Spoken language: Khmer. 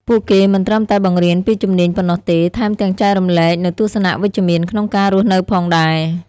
ពួកគេមិនត្រឹមតែបង្រៀនពីជំនាញប៉ុណ្ណោះទេ ថែមទាំងចែករំលែកនូវទស្សនៈវិជ្ជមានក្នុងការរស់នៅផងដែរ។